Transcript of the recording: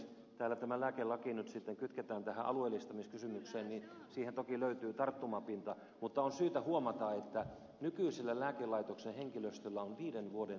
kun täällä lääkelaki nyt sitten kytketään alueellistamiskysymykseen niin siihen toki löytyy tarttumapinta mutta on syytä huomata että nykyisellä lääkelaitoksen henkilöstöllä on viiden vuoden siirtymäaika